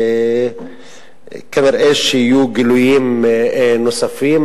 וכנראה יהיו גילויים נוספים.